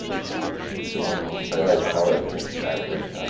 so just a one off. those colours are just so rich, um